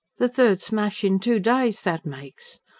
the third smash in two days that makes.